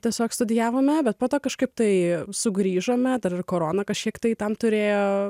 tiesiog studijavome bet po to kažkaip tai sugrįžome dar ir korona kažkiek tai tam turėjo